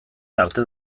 arte